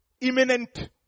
imminent